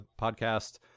podcast